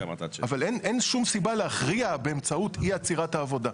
אין שום סיבה להכריע באמצעות אי עצירת העבודה.